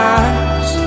eyes